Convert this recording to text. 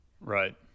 Right